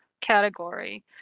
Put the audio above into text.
category